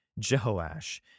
Jehoash